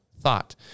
thought